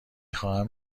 خواهم